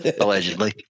allegedly